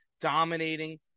dominating